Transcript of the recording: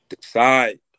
decide